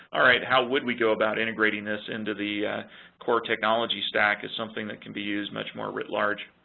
all right, how would we go about integrating this into the core technology stack as something that can be used much more writ large.